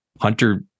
Hunter